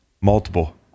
multiple